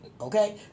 okay